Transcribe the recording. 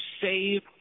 save